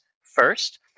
First